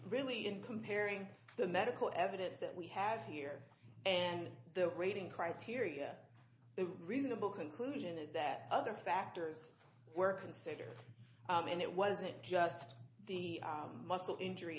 really in comparing the medical evidence that we have here and the rating criteria a reasonable conclusion is that other factors were considered and it wasn't just the muscle injury